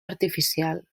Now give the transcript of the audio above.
artificial